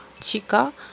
chica